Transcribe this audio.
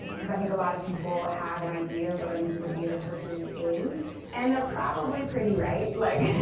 because i think a lot of people have an idea of what a musical theater person is, and they're probably pretty right. like